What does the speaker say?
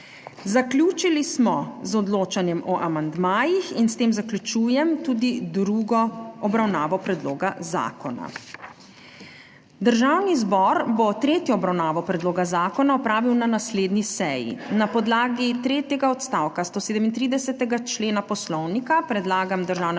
Zaključili smo z odločanjem o amandmajih in s tem zaključujem tudi drugo obravnavo predloga zakona. Državni zbor bo tretjo obravnavo predloga zakona opravil na naslednji seji. Na podlagi tretjega odstavka 137. člena Poslovnika predlagam državnemu